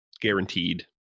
Guaranteed